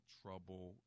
trouble